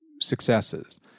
successes